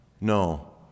No